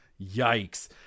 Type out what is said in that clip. yikes